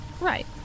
Right